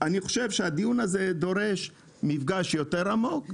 אני חושב שהדיון הזה דורש מפגש יותר עמוק,